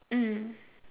mm